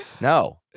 No